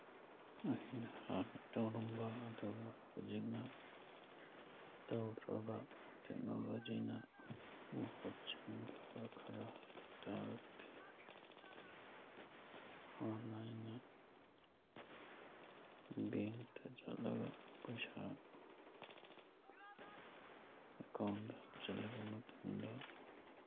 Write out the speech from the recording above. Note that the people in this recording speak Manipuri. ꯑꯩꯅ ꯍꯥꯟꯅ ꯇꯧꯔꯝꯕ ꯑꯗꯨꯒ ꯍꯧꯖꯤꯛꯅ ꯇꯧꯗ꯭ꯔꯕ ꯇꯦꯛꯅꯣꯂꯣꯖꯤꯅ ꯃꯍꯨꯠ ꯁꯤꯟꯈ꯭ꯔꯕ ꯈꯔ ꯍꯥꯏꯕ ꯇꯥꯔꯒꯗꯤ ꯍꯥꯟꯅ ꯑꯩꯅ ꯕꯦꯡꯇ ꯆꯠꯂꯒ ꯄꯩꯁꯥ ꯑꯦꯀꯥꯎꯟꯇ ꯍꯥꯞꯆꯤꯜꯂꯕ ꯃꯇꯨꯡꯗ